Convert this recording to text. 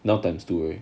now times two